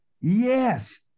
Yes